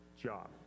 job